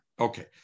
okay